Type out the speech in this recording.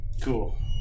Cool